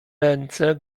ręce